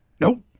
Nope